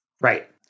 Right